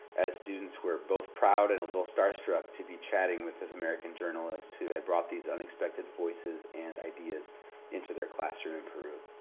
as students were both proud and a little star-struck to be chatting with his american journalist who had brought these unexpected voices and ideas into their classroom in peru.